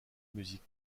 musique